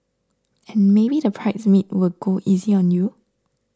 and maybe the bridesmaid will go easy on you